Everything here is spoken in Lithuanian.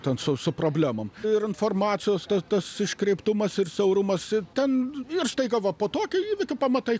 ten su su problemom ir informacijos tas tas iškreiptumas ir siaurumas ir ten ir staiga va po tokio įvykio pamatai